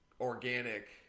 organic